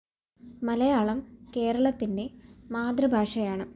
മലയാളം കേരളത്തിൻ്റെ മാതൃ ഭാഷയാണ്